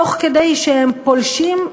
תוך שהם פולשים,